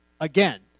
again